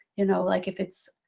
you know, like, if it's.